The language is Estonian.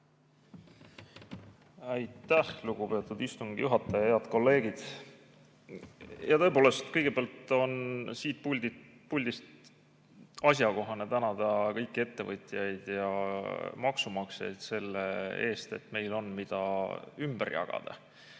Aitäh, lugupeetud istungi juhataja! Head kolleegid! Tõepoolest, kõigepealt on siit puldist asjakohane tänada kõiki ettevõtjaid ja maksumaksjaid selle eest, et meil on, mida ümber jagada.